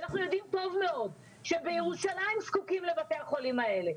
ואנחנו יודעים טוב מאוד שבירושלים זקוקים לבתי החולים האלה.